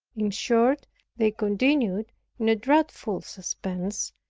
in short they continued in a dreadful suspense,